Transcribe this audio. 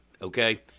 Okay